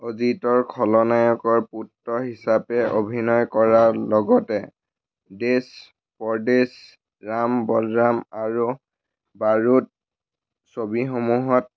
অজিতৰ খলনায়কৰ পুত্ৰ হিচাপে অভিনয় কৰাৰ লগতে দেশ পৰদেশ ৰাম বলৰাম আৰু বাৰুদ ছবিসমূহত